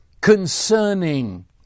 concerning